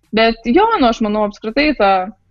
be jo nu aš manau apskritai ta